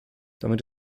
damit